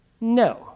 No